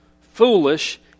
foolish